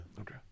Okay